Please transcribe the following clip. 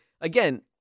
again